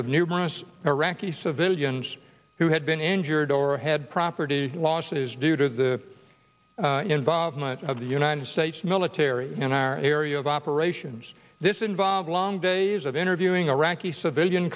of numerous iraqi civilians who had been injured or had property losses due to the involvement of the united states military in our area of operations this involved long days of interviewing iraqi civilian